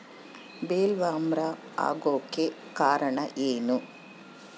Bollworm ಆಗೋಕೆ ಕಾರಣ ಏನು?